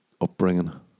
upbringing